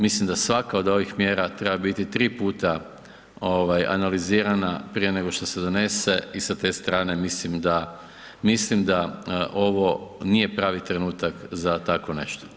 Mislim da svaka od ovih mjera treba biti tri puta analizirana prije nego se donese i sa te strane mislim da ovo nije pravi trenutak za takvo nešto.